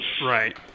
Right